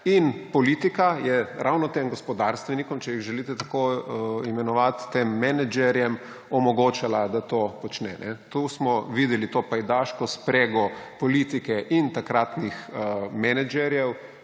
In politika je ravno tem gospodarstvenikom, če jih želite tako imenovati, tem menedžerjem omogočala, da to počne. Tu smo videli to pajdaško sprego politike in takratnih menedžerjev,